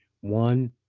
one